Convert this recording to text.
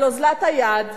על אוזלת היד,